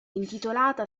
intitolata